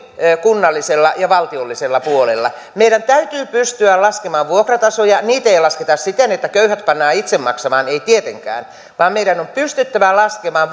kunnallisella ja valtiollisella puolella meidän täytyy pystyä laskemaan vuokratasoja niitä ei ei lasketa siten että köyhät pannaan itse maksamaan ei tietenkään vaan meidän on pystyttävä laskemaan